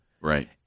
Right